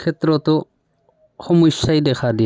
ক্ষেত্ৰতো সমস্যাই দেখা দিয়ে